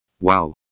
Wow